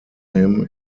him